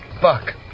Fuck